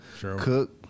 Cook